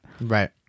Right